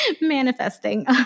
manifesting